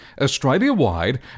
Australia-wide